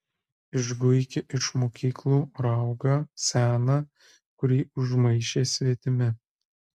išguiki iš mokyklų raugą seną kurį užmaišė svetimi